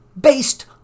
Based